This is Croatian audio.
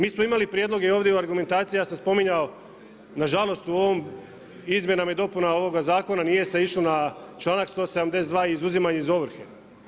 Mi smo imali prijedloge i ovdje u argumentaciji, ja sam spominjao, nažalost u ovim, Izmjenama i dopunama ovoga Zakona nije se išlo na članak 172. izuzimanje iz ovrhe.